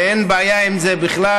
ואין בעיה עם זה בכלל.